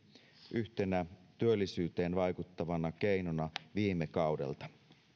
yhtenä työllisyyteen vaikuttavana keinona viime kaudelta